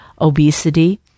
Obesity